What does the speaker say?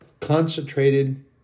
Concentrated